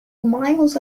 miles